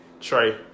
Trey